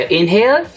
Inhale